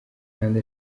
kandi